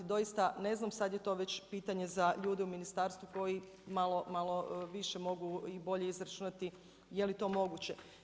Doista ne znam, sada je to već pitanje za ljude u ministarstvu koji malo više mogu i bolje izračunati jeli to moguće.